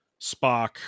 spock